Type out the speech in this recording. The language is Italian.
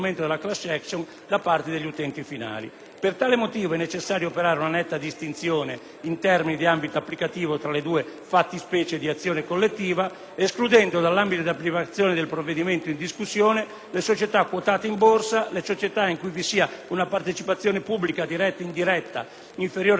Per tale motivo è necessario operare una netta distinzione, in termini di ambito applicativo, tra le due fattispecie di azione collettiva, escludendo dall'ambito di applicazione del provvedimento in discussione le società quotate in Borsa, le società in cui vi sia una partecipazione pubblica, diretta o indiretta, inferiore al 50 per cento del capitale sociale, ovvero le